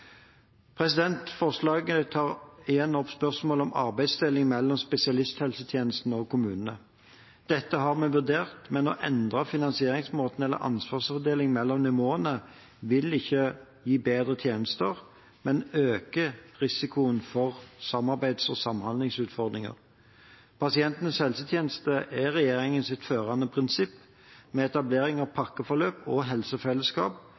Forslaget tar igjen opp spørsmålet om arbeidsdeling mellom spesialisthelsetjenesten og kommunene. Dette har vi vurdert, men å endre finansieringsmåten eller ansvarsfordelingen mellom nivåene vil ikke gi bedre tjenester, men øke risikoen for samarbeids- og samhandlingsutfordringer. Pasientenes helsetjeneste er regjeringens førende prinsipp. Med etablering av pakkeforløp og helsefellesskap